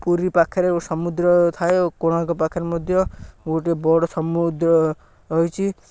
ପୁରୀ ପାଖରେ ସମୁଦ୍ର ଥାଏ ଓ କୋଣାର୍କ ପାଖରେ ମଧ୍ୟ ଗୋଟଏ ବଡ଼ ସମୁଦ୍ର ରହିଛି